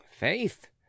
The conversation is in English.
faith